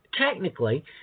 technically